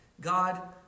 God